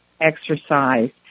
Exercise